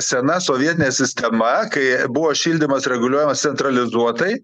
sena sovietinė sistema kai buvo šildymas reguliuojamas centralizuotai